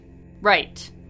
Right